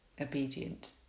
obedient